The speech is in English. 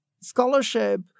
scholarship